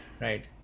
Right